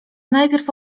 najpierw